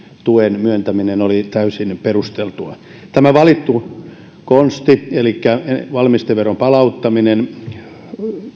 tuen myöntäminen oli täysin perusteltua tämä valittu konsti elikkä valmisteveron palauttaminen